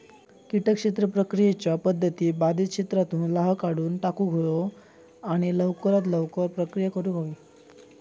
किटक क्षेत्र प्रक्रियेच्या पध्दती बाधित क्षेत्रातुन लाह काढुन टाकुक हवो आणि लवकरात लवकर प्रक्रिया करुक हवी